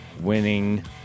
winning